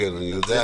אני יודע.